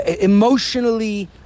emotionally